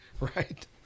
right